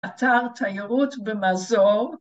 ‫אתר תיירות במזור.